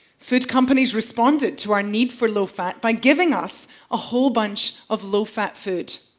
food companies responded to our need for low fat by giving us a whole bunch of low-fat food.